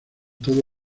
todo